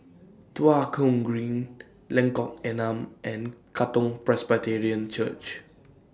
Tua Kong Green Lengkok Enam and Katong Presbyterian Church